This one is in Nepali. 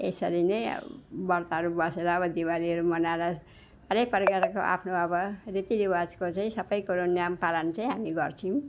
यसरी नै अब व्रतहरू बसेर अब दिवालीहरू मनाएर हरेक परिकारको आफ्नो अब रीति रिवाजको चाहिँ सबै कुरो नियम पालन चाहिँ हामी गर्छौँ